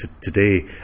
today